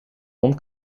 hond